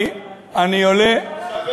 עכשיו הם ייאלצו,